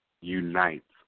unites